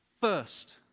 first